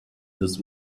this